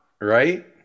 right